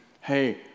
hey